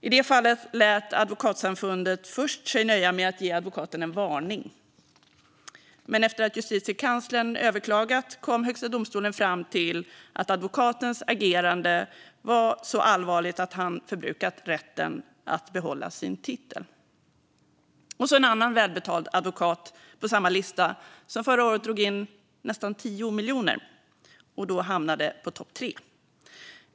I det fallet lät Advokatsamfundet sig först nöja med att ge advokaten en varning, men efter att justitiekanslern överklagat kom Högsta domstolen fram till att advokatens agerande var så allvarligt att han förbrukat rätten att behålla sin titel. Så var det en annan välbetald advokat på samma lista som förra året drog in nästan 10 miljoner kronor och därmed hamnade bland de tre i topp.